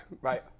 Right